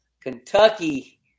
Kentucky